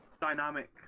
dynamic